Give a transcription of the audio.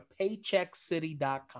PaycheckCity.com